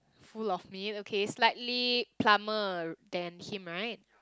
full of meat okay slightly plumper than him right